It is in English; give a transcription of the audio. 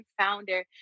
founder